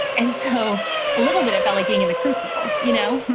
and so a little bit it felt like being in the crucible. you know,